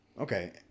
Okay